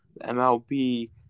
mlb